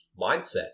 mindset